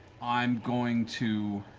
i'm going to